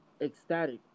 ecstatic